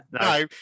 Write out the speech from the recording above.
No